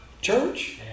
church